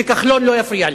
שכחלון לא יפריע לי,